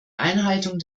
einhaltung